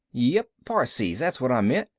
yep, parsees, that's what i meant.